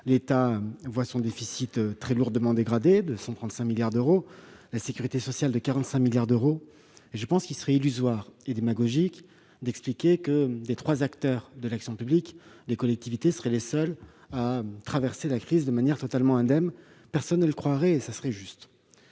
l'État se dégrade très fortement, de 135 milliards d'euros, celui de la sécurité sociale de 45 milliards d'euros. Je pense qu'il serait illusoire et démagogique d'expliquer que, des trois acteurs de l'action publique, les collectivités seraient les seules à traverser la crise de manière totalement indemne. Personne ne le croirait, à juste